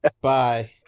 bye